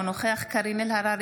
אינו נוכח קארין אלהרר,